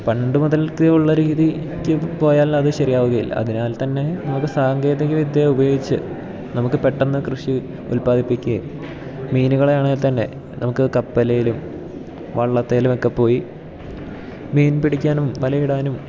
പണ്ട് മുതൽക്കെ ഉള്ള രീതിക്ക് പോയാൽ അത് ശരിയാകുകയില്ല അതിനാൽ തന്നെ നമുക്ക് സാങ്കേതിക വിദ്യ ഉപയോഗിച്ച് നമുക്ക് പെട്ടെന്ന് കൃഷി ഉൽപ്പാദിപ്പിക്കെ മീനുകളെയാണേൽ തന്നെ നമുക്ക് കപ്പലേലും വള്ളത്തേലുമൊക്കെ പോയി മീൻ പിടിക്കാനും വലയിടാനും